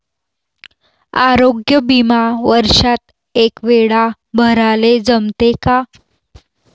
आरोग्य बिमा वर्षात एकवेळा भराले जमते का?